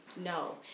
no